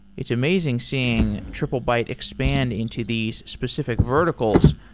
it's amazing seeing triplebyte expand into these specific verticals,